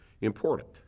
important